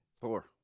Thor